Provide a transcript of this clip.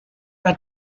war